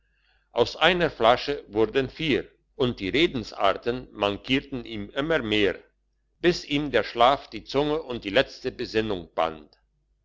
aus einer flasche wurden vier und die redensarten mankierten ihm immer mehr bis ihm der schlaf die zunge und die letzte besinnung band